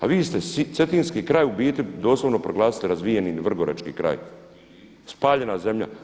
A vi ste cetinski kraj u biti doslovno proglasili razvijenim i vrgorački kraj, spaljena zemlja.